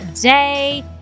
day